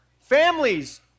families